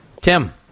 Tim